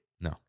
No